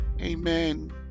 Amen